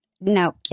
No